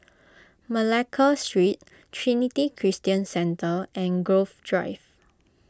Malacca Street Trinity Christian Centre and Grove Drive